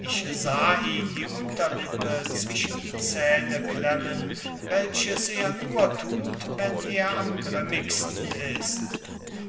ich sah ihn die unterlippe zwischen die zähne klemmen welches er nur thut wenn er am grimmigsten ist